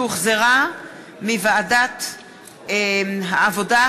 שהחזירה ועדת העבודה,